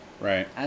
Right